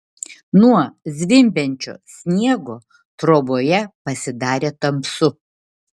nuo zvimbiančio sniego troboje pasidarė tamsu